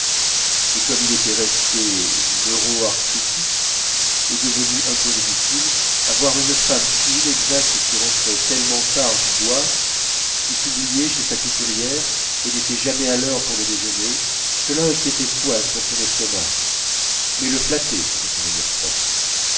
et comme il était resté neuro arthritique et devenu un peu ridicule avoir une femme si inexacte qui rentrait tellement tard du bois qui s'oubliait chez sa couturière et n'était jamais à l'heure pour le déjeuner cela inquiétait swann pour son estomac mais le flattait dans son